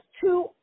two